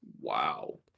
Wow